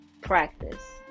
practice